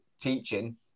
teaching